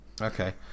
Okay